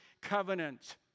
covenant